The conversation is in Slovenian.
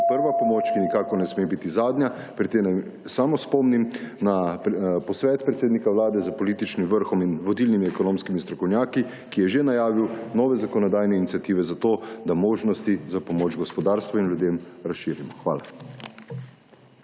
prva pomoč, ki nikakor ne sme biti zadnja. Pri tem naj samo spomnim na posvet predsednika Vlade s političnim vrhom in vodilnimi ekonomskimi strokovnjaki, ki je že najavil nove zakonodajne iniciative za to, da možnosti za pomoč gospodarstvu in ljudem razširimo. Hvala.